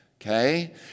okay